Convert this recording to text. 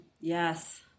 Yes